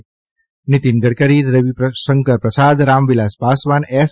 Shri Nitin Gadkari Ravishankar Prasad Ramvilas Paswan S